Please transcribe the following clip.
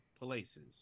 places